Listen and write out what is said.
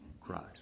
Christ